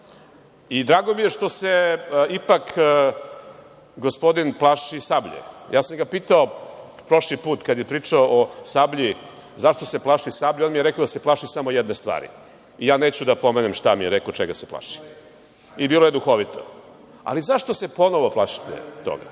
Drago mi je što se ipak gospodin plaši „Sablje“. Ja sam ga pitao prošli put, kada je pričao o „Sablji“, zašto se plaši „Sablje“, on mi je rekao da se plaši samo jedne stvari i ja neću da pomenem šta mi je rekao, čega se plaši. Bilo je duhovito. Zašto se ponovo plašite toga?